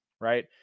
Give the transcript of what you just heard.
Right